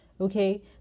okay